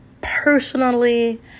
Personally